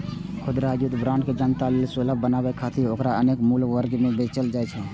खुदरा युद्ध बांड के जनता लेल सुलभ बनाबै खातिर ओकरा अनेक मूल्य वर्ग मे बेचल जाइ छै